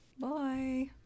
Bye